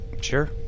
Sure